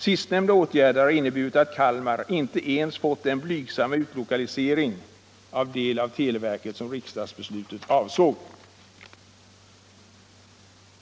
Sistnämnda åtgärd har inneburit att Kalmar inte ens fått den blygsamma utlokalisering av del av televerket som riksdagsbeslutet avsåg.